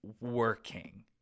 working